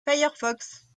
firefox